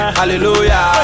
hallelujah